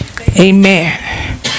Amen